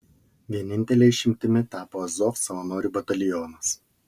vienintele išimtimi tapo azov savanorių batalionas